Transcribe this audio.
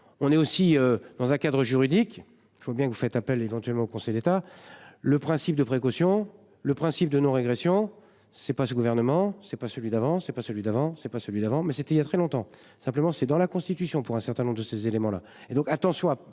on est aussi dans un cadre juridique, je vois bien que vous faites appel éventuellement au Conseil d'État. Le principe de précaution, le principe de régression. C'est pas ce gouvernement, c'est pas celui d'avant c'est pas celui d'avant c'est pas celui d'avant mais c'était il y a très longtemps, simplement, c'est dans la Constitution pour un certain nombre de ces éléments-là